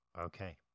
okay